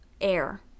air